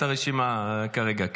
הרשימה כרגע.